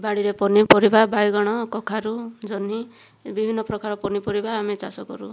ବାଡ଼ିରେ ପନିପରିବା ବାଇଗଣ କଖାରୁ ଜହ୍ନି ବିଭିନ୍ନ ପ୍ରକାରର ପନିପରିବା ଆମେ ଚାଷ କରୁ